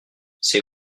ces